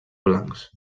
blancs